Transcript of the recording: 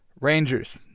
Rangers